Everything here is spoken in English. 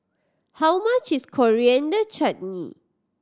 how much is Coriander Chutney